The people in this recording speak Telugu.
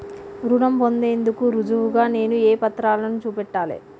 రుణం పొందేందుకు రుజువుగా నేను ఏ పత్రాలను చూపెట్టాలె?